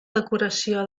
decoració